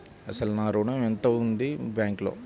అసలు నా ఋణం ఎంతవుంది బ్యాంక్లో?